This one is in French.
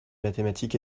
mathématique